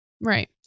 Right